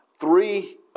three